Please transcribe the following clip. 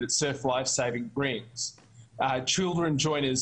נאמר לי,